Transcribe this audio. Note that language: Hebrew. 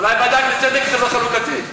אולי לוועדה לצדק חלוקתי?